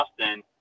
Austin